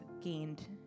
gained